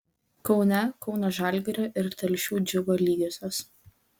kaune kauno žalgirio ir telšių džiugo lygiosios